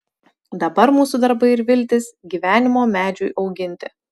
dabar mūsų darbai ir viltys gyvenimo medžiui auginti